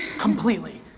completely.